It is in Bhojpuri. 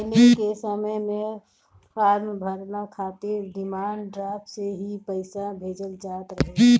पहिले के समय में फार्म भरला खातिर डिमांड ड्राफ्ट से ही पईसा भेजल जात रहे